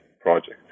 project